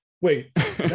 wait